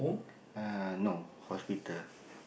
uh no hospital